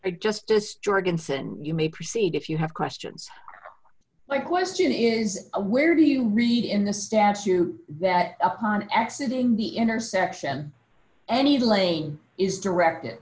jorgensen you may proceed if you have questions like question is where do you read in the statute that upon exiting the intersection any lane is directed